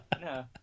no